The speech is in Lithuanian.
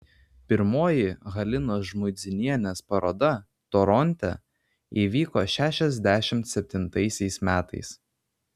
pirmoji halinos žmuidzinienės paroda toronte įvyko šešiasdešimt septintaisiais metais